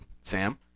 Sam